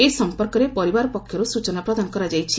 ଏ ସମ୍ପର୍କରେ ପରିବାର ପକ୍ଷରୁ ସୂଚନା ପ୍ରଦାନ କରାଯାଇଛି